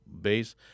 base